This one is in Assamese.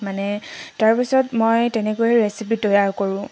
মানে তাৰপিছত মই তেনেকৈ ৰেচিপি তৈয়াৰ কৰোঁ